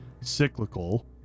cyclical